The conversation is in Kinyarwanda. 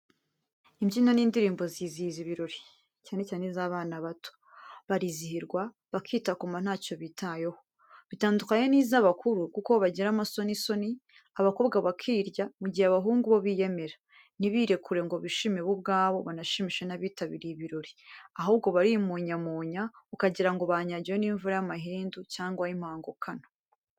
Imbyino n'indirimbo zizihiza ibirori, cyane cyane iz'abana bato. Barizihirwa, bakitakuma ntacyo bitayeho, bitandukanye n'iz'abakuru kuko bo bagira amasonisoni, abakobwa bakirya mu gihe abahungu bo biyemera, ntibirekure ngo bishime bo ubwabo banashimishe n'abitabiriye ibirori, ahubwo barimunyamunya, ukagira ngo banyagiwe n'imvura y'amahindu cyangwa y'impangukano.